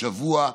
בשבוע,